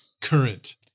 current